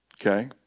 Okay